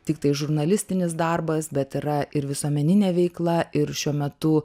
tiktai žurnalistinis darbas bet yra ir visuomeninė veikla ir šiuo metu